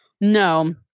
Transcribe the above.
No